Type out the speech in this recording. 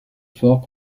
fort